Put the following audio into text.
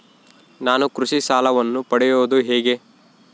ನಾನು ಕೃಷಿ ಸಾಲವನ್ನು ಪಡೆಯೋದು ಹೇಗೆ?